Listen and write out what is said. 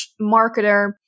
marketer